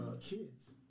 kids